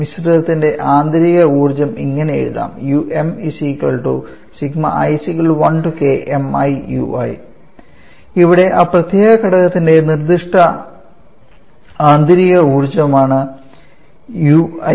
മിശ്രിതത്തിൻറെ ആന്തരിക ഊർജ്ജം ഇങ്ങനെ എഴുതാം ഇവിടെ ആ പ്രത്യേക ഘടകത്തിന്റെ നിർദ്ദിഷ്ട ആന്തരിക ഊർജ്ജമാണ് ui